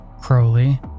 crowley